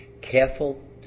careful